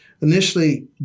initially